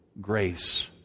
grace